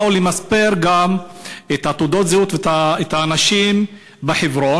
באו למספר גם את תעודות הזהות ואת האנשים בחברון,